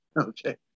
Okay